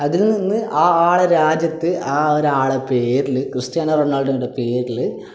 അതിൽ നിന്ന് ആ ആളെ രാജ്യത്ത് ആ ഒരാളെ പേരിൽ ക്രിസ്റ്റ്യാനോ റൊണോൾഡോയുടെ പേരിൽ